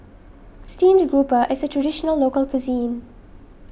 Steamed Grouper is a Traditional Local Cuisine